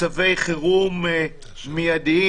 צווי חירום מיידיים.